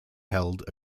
held